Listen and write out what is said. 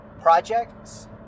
projects